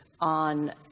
on